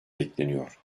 bekleniyor